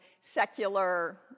secular